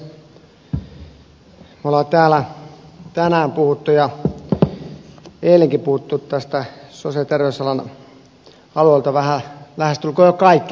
olemme täällä tänään puhuneet ja eilenkin puhuimme sosiaali ja terveysalan alueelta jo lähestulkoon kaikki läpileikkauksena